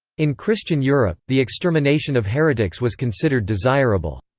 in christian europe, the extermination of heretics was considered desirable.